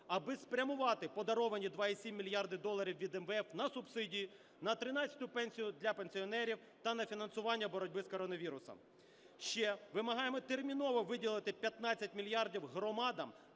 аби спрямувати подаровані 2,7 мільярда доларів від МВФ на субсидії, на тринадцяту пенсію для пенсіонерів та на фінансування боротьби з коронавірусом. Ще вимагаємо терміново виділити 15 мільярдів громадам